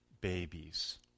babies